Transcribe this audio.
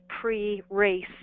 pre-race